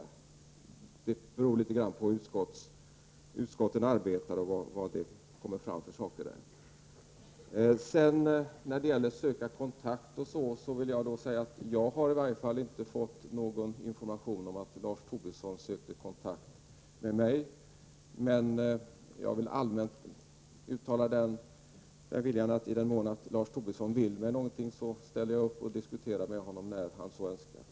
Det beror litet grand på hur utskotten arbetar och vad som kommer fram i den behandlingen. Avslutningsvis vill jag säga att jag har i varje fall inte fått någon information om att Lars Tobisson har sökt kontakt med mig. Jag vill dock allmänt uttala en vilja att i den mån Lars Tobisson vill mig något ställer jag upp och diskuterar med honom när han så önskar.